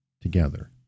together